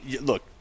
look